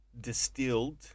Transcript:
distilled